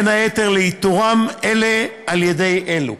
בין היתר לאיתורם אלו על-ידי אלו.